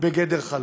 בגדר חלום.